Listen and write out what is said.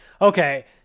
okay